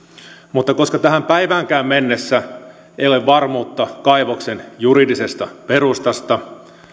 mutta koska tähän päiväänkään mennessä ei ole varmuutta kaivoksen juridisesta perustasta